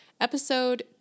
Episode